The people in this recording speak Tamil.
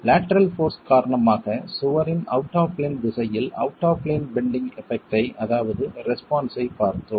லேட்டரல் போர்ஸ் காரணமாக சுவரின் அவுட் ஆப் பிளேன் திசையில் out of plane bending effect ஐ அதாவது ரெஸ்பான்ஸ் ஐப் பார்த்தோம்